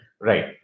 Right